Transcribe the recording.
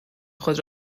خود